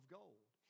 gold